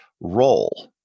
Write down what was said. role